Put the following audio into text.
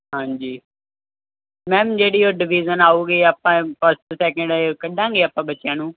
ਹਾਂਜੀ ਮੈਮ ਜਿਹੜੀ ਉਹ ਡਿਵੀਜ਼ਨ ਆਉਗੀ ਆਪਾਂ ਫਾਸਟ ਸੈਕਿੰਡ ਕੱਢਾਂਗੇ ਆਪਾਂ ਬੱਚਿਆਂ ਨੂੰ